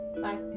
Bye